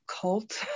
Cult